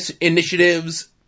initiatives